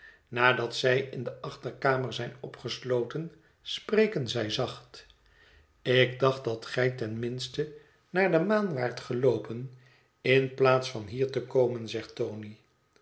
nadat zij in de achterkamer zijn opgesloten spreken zij zacht ik dacht dat gij ten minste naar de maan waart geloopen in plaats van hier te komen zegt tony